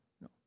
no